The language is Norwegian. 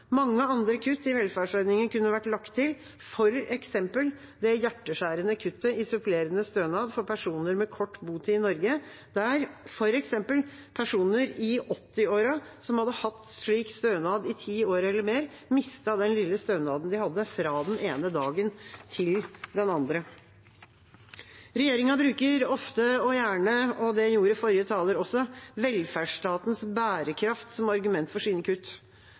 Mange andre kutt i velferdsordninger kunne vært lagt til, f.eks. det hjerteskjærende kuttet i supplerende stønad for personer med kort botid i Norge, der f.eks. personer i 80-årene som hadde hatt slik stønad i ti år eller mer, mistet den lille stønaden de hadde, fra den ene dagen til den andre. Regjeringa bruker ofte og gjerne – og det gjorde forrige taler også – velferdsstatens bærekraft som argument for sine kutt.